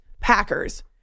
Packers